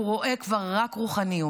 הוא כבר רואה רק רוחניות.